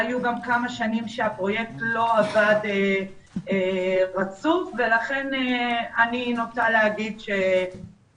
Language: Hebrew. היו גם כמה שנים שהפרויקט לא עבד רצוף ולכן אני נוטה לומר שכמות